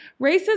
Racism